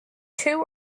two